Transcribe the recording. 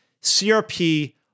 CRP